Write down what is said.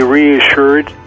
reassured